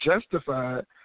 justified